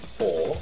four